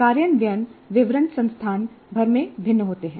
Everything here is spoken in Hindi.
कार्यान्वयन विवरण संस्थान भर में भिन्न होते हैं